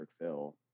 fill